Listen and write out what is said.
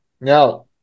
Now